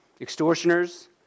extortioners